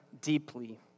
deeply